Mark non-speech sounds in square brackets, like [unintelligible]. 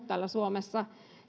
[unintelligible] täällä suomessa